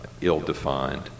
ill-defined